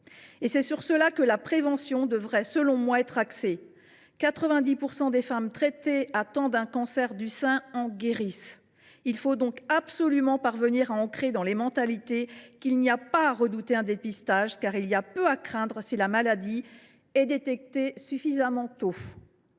Et c’est sur cela que la prévention devrait, selon moi, être axée, sachant que 90 % des femmes traitées à temps d’un cancer du sein en guérissent. Il faut donc absolument parvenir à ancrer dans les mentalités qu’il n’y a pas à redouter un dépistage en ce qu’il y a peu à craindre si la maladie est détectée suffisamment tôt.